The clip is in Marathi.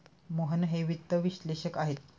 मोहन हे वित्त विश्लेषक आहेत